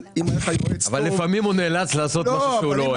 אבל לפעמים הוא נאלץ לעשות משהו שהוא לא אוהב.